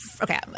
okay